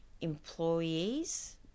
employees